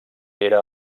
era